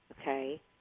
Okay